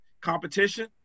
competition